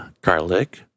garlic